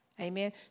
Amen